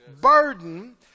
burden